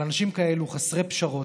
אבל אנשים כאלה, חסרי פשרות,